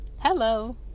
Hello